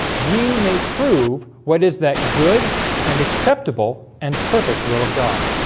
ye may prove. what is that good and acceptable and perfect will of god